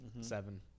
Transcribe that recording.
seven